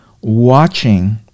watching